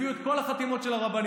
הביאו את כל החתימות של הרבנים,